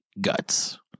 guts